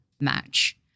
match